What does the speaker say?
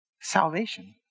Salvation